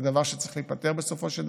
זה דבר שצריך להיפתר בסופו של דבר.